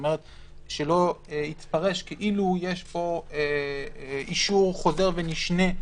שלא יתפרש כאילו יש פה אישור חוזר ונשנה,